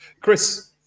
Chris